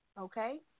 Okay